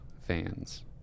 fans